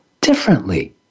differently